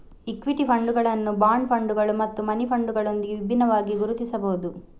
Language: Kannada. ಇಕ್ವಿಟಿ ಫಂಡುಗಳನ್ನು ಬಾಂಡ್ ಫಂಡುಗಳು ಮತ್ತು ಮನಿ ಫಂಡುಗಳೊಂದಿಗೆ ವಿಭಿನ್ನವಾಗಿ ಗುರುತಿಸಬಹುದು